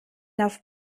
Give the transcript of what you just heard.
auf